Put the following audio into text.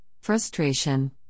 frustration